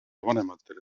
vanematele